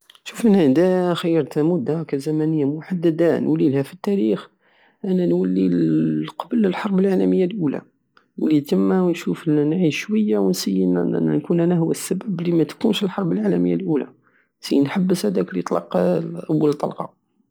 شوف انا ادا خيرت مدة هكا زمنية محددة نولليلها فالتاريخ انا نولي لقبل الحرب العالمية الاولى نولي تمة ونشوف ونعيش شوية ونسيي نن- نكون انا هو السبب لمتقومش الحرب العالمية الاولى نسيي نحبس هداك لي طلق اول طلقة